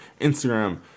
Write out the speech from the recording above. Instagram